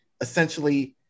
essentially –